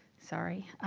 sorry,